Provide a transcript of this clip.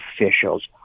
officials